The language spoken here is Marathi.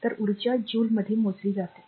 तर ऊर्जा जूलमध्ये मोजली जाते